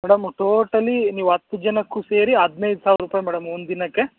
madam totally ನೀವು ಹತ್ತು ಜನಕ್ಕೂ ಸೇರಿ ಹದಿನೈದು ಸಾವಿರ ರೂಪಾಯಿ ಮೇಡಮ್ ಒಂದು ದಿನಕ್ಕೆ